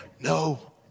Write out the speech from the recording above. No